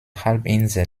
halbinsel